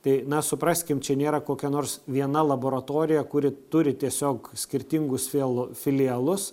tai na supraskim čia nėra kokia nors viena laboratorija kuri turi tiesiog skirtingus fil filialus